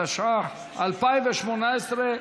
התשע"ח 2018,